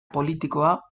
politikoa